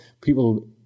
people